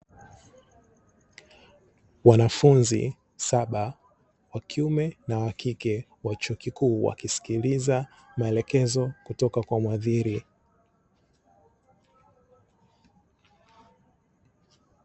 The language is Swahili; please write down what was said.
Wanafunzi saba wa kiume na wa kike wa chuo kikuu, wakisikiliza maelekezo kutoka kwa muhadhiri.